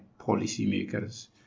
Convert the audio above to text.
policymakers